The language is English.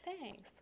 Thanks